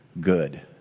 good